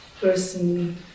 person